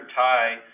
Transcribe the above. tie